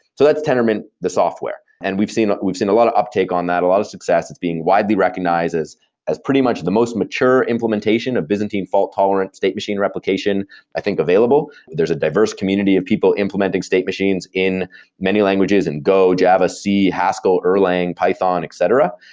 so that's tendermint, the software. and we've we've seen a lot of uptake on that, a lot of success. it's being widely recognized as as pretty much the most mature implementation of byzantine fault-tolerant state machine replication i think available. there's a diverse community of people implementing state machines in many languages, in go, java, c, haskell, erlang, python, etc.